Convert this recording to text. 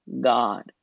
God